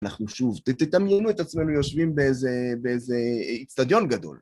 אנחנו שוב, תדמיינו את עצמנו, יושבים באיזה איצטדיון גדול.